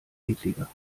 ekliger